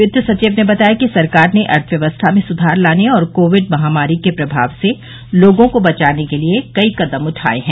वित्त सचिव ने बताया कि सरकार ने अर्थव्यवस्था में सुधार लाने और कोविड महामारी के प्रभाव से लोगों को बचाने के लिए कई कदम उठाए हैं